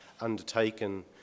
undertaken